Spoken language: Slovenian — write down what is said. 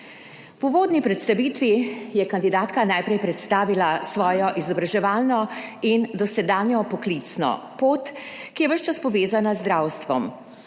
V uvodni predstavitvi je kandidatka najprej predstavila svojo izobraževalno in dosedanjo poklicno pot, ki je ves čas povezana z zdravstvom,